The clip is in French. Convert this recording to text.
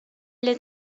les